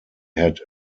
had